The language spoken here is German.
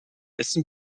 essen